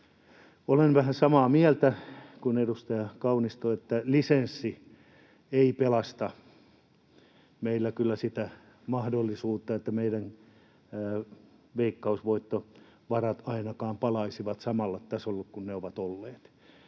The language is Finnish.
Olen vähän samaa mieltä kuin edustaja Kaunisto, että lisenssi ei meillä kyllä pelasta sitä mahdollisuutta, että meidän veikkausvoittovarat palaisivat ainakaan samalle tasolle kuin millä ne ovat olleet.